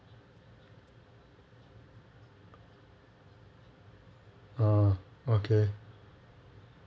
ah okay